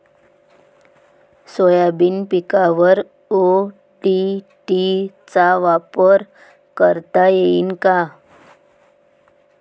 Soybean पिकावर ODT चा वापर करता येईन का?